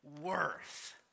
worth